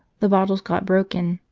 the bottles got broken,